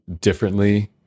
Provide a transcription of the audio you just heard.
differently